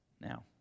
Now